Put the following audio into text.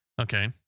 Okay